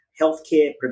healthcare